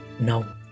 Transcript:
Now